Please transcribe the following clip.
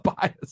bias